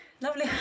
Lovely